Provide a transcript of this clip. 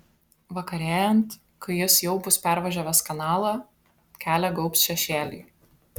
vakarėjant kai jis jau bus pervažiavęs kanalą kelią gaubs šešėliai